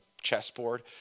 chessboard